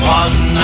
one